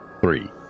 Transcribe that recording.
three